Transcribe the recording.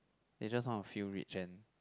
they just want to feel rich and